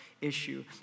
issue